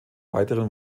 weiteren